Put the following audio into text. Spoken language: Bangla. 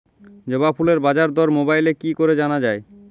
জবা ফুলের বাজার দর মোবাইলে কি করে জানা যায়?